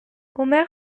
omer